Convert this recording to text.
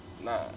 Nah